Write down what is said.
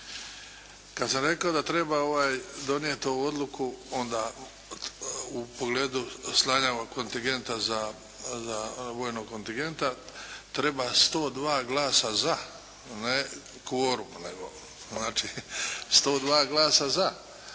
Kad sam rekao da treba donijeti ovu odluku onda u pogledu slanja kontingenta, vojnog kontingenta treba 102 glasa za a ne kvorum, nego znači 102 glasa za.